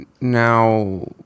Now